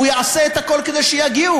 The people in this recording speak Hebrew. הוא יעשה את הכול כדי שיגיעו.